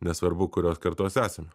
nesvarbu kurios kartos esam